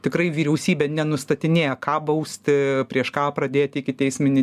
tikrai vyriausybė nenustatinėja ką bausti prieš ką pradėti ikiteisminį